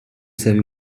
savez